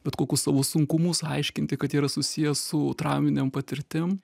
bet kokius savo sunkumus aiškinti kad jie yra susiję su trauminėm patirtim